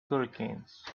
hurricanes